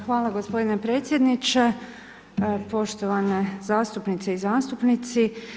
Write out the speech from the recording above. Hvala gospodine predsjedniče, poštovane zastupnice i zastupnici.